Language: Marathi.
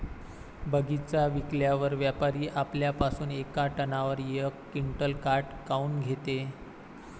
बगीचा विकल्यावर व्यापारी आपल्या पासुन येका टनावर यक क्विंटल काट काऊन घेते?